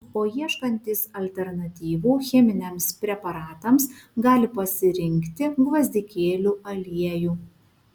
o ieškantys alternatyvų cheminiams preparatams gali pasirinkti gvazdikėlių aliejų